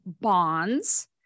bonds